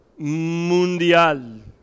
mundial